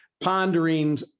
pondering